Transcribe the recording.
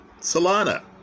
Solana